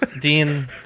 Dean